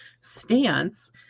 stance